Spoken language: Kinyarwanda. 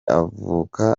avuka